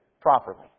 properly